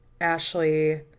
Ashley